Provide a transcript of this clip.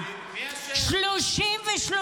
ומי אשם בזה?